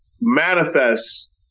manifest